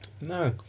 No